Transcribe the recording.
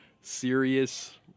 serious